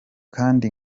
kandi